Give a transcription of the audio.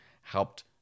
helped